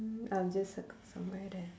mm I'll just circle somewhere there